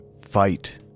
fight